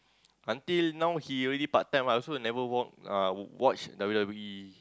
until now he already part time I also never watch uh watch W_W_E